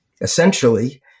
Essentially